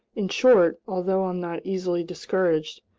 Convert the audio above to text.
in short, although i'm not easily discouraged,